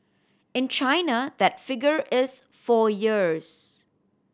in China that figure is four years